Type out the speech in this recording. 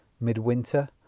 midwinter